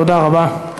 תודה רבה.